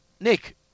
Nick